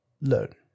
learn